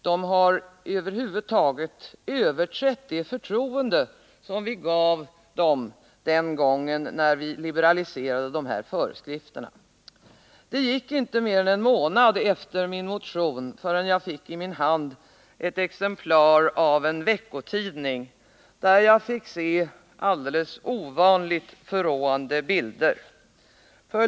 De har helt enkelt överträtt det förtroende som vi gav dem när vi liberaliserade föreskrifterna. Inte mer än en månad efter det att min motion hade väckts fick jag i min hand ett exemplar av en veckotidning där det förekom ovanligt förråande bilder.